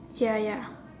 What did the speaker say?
ya ya